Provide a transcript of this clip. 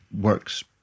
works